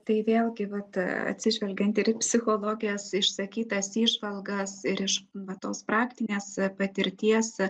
tai vėlgi vat atsižvelgiant ir į psichologės išsakytas įžvalgas ir iš va tos praktinės patirties